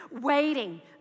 Waiting